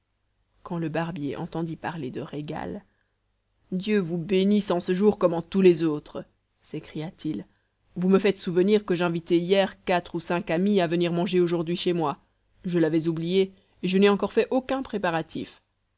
quand le barbier entendit parler de régal dieu vous bénisse en ce jour comme en tous les autres s'écria-t-il vous me faites souvenir que j'invitai hier quatre ou cinq amis à venir manger aujourd'hui chez moi je l'avais oublié et je n'ai encore fait aucun préparatif